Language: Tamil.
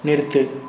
நிறுத்து